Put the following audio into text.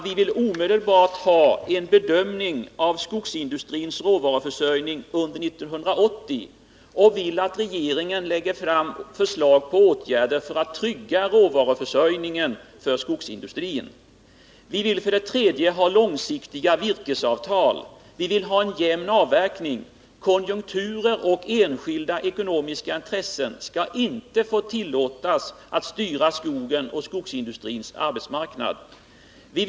Vi vill omedelbart ha en bedömning av skogsindustrins råvaruförsörjning under 1980 och vill att regeringen lägger fram förslag till åtgärder för att trygga råvaruförsörjningen för skogsindustrin. 3. Vi vill ha långsiktiga virkesavtal och en jämn avverkning. Konjunkturer och enskilda ekonomiska intressen skall inte få tillåtas styra skogens och skogsindustrins arbetsmarknad. 4.